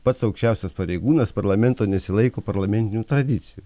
pats aukščiausias pareigūnas parlamento nesilaiko parlamentinių tradicijų